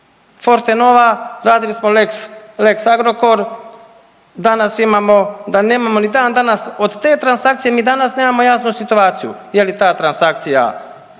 Fortenova radili smo lex, lex Agrokor danas imamo da nemamo ni dan danas, od te transakcije mi danas nemamo jasnu situaciju je li ta transakcija